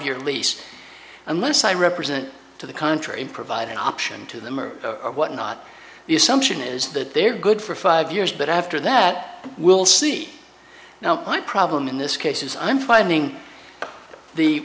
year lease unless i represent to the contrary provide an option to them or what not the assumption is that they're good for five years but after that we'll see now my problem in this case is i'm finding the